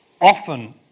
often